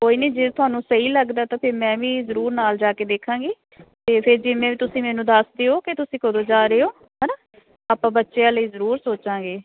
ਕੋਈ ਨਹੀਂ ਜੇ ਤੁਹਾਨੂੰ ਸਹੀ ਲੱਗਦਾ ਤਾਂ ਫਿਰ ਮੈਂ ਵੀ ਜ਼ਰੂਰ ਨਾਲ ਜਾ ਕੇ ਦੇਖਾਂਗੀ ਅਤੇ ਫਿਰ ਜਿਵੇਂ ਵੀ ਤੁਸੀਂ ਮੈਨੂੰ ਦੱਸ ਦਿਓ ਕਿ ਤੁਸੀਂ ਕਦੋਂ ਜਾ ਰਹੇ ਹੋ ਹੈ ਨਾ ਆਪਾਂ ਬੱਚਿਆਂ ਲਈ ਜ਼ਰੂਰ ਸੋਚਾਂਗੇ